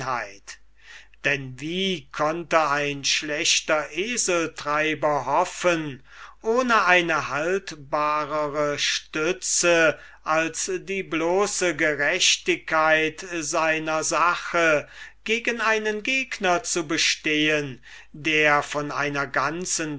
denn wie konnte ein schlechter eseltreiber hoffen ohne eine haltbarere stütze als die gerechtigkeit seiner sache gegen einen gegner zu bestehen der von einer ganzen